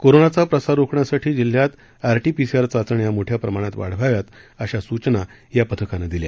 कोरोनाचा प्रसार रोखण्यासाठी जिल्ह्यात आरटीपीसीआर चाचण्या मोठ्या प्रमाणात वाढवाव्यात अशा सूचना या पथकानं दिल्या